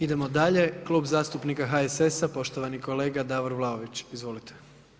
Idemo dalje, Klub zastupnika HSS-a, poštovani kolega Davor Vlaović, izvolite.